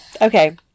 Okay